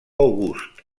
august